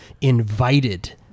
invited